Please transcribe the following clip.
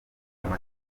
kandi